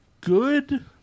good